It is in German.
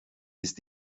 ist